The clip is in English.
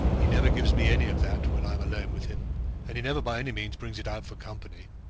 he never gives me any of that when i'm alone with him and he never, by any means, brings it out for company.